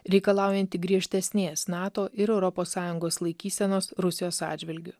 reikalaujanti griežtesnės nato ir europos sąjungos laikysenos rusijos atžvilgiu